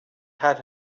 had